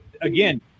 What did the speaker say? again